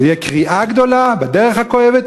זו תהיה קריעה גדולה בדרך הכואבת,